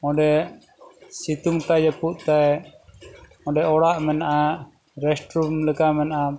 ᱚᱸᱰᱮ ᱥᱤᱛᱩᱝ ᱛᱟᱭ ᱡᱟᱹᱯᱩᱫ ᱛᱟᱭ ᱚᱸᱰᱮ ᱚᱲᱟᱜ ᱢᱮᱱᱟᱜᱼᱟ ᱨᱮᱥᱴ ᱨᱩᱢ ᱞᱮᱠᱟ ᱢᱮᱱᱟᱜᱼᱟ